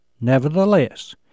Nevertheless